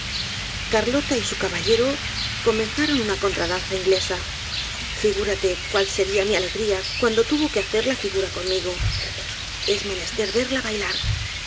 carlota y su caballero comenzaron una contradanza inglesa figúrate cuál seria mi alegría cuando tuvo que el hacer la figura conmigo es menester verla bailar